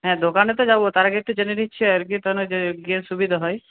হ্যাঁ দোকানে তো যাব তার আগে একটু জেনে নিচ্ছি আর কি তাহলে যেয়ে গিয়ে সুবিধা হয়